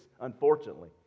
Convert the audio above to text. unfortunately